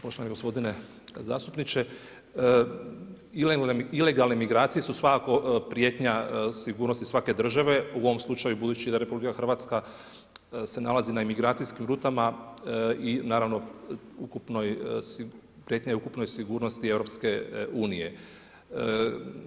Poštovani gospodine zastupniče, ilegalne migracije su svakako prijetnja sigurnosti svake države, u ovom slučaju budući da RH se nalazi na imigracijskim rutama i naravno ukupnoj sigurnosti EU-a.